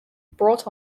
brought